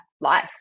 life